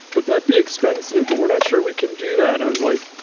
but that'd be expensive. but we're not sure we can do that. i was like,